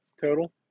total